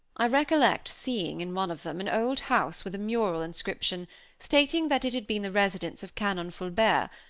i recollect seeing, in one of them, an old house with a mural inscription stating that it had been the residence of canon fulbert,